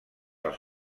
als